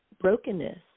brokenness